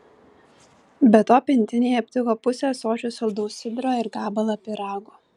be to pintinėje aptiko pusę ąsočio saldaus sidro ir gabalą pyrago